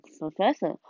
professor